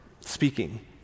speaking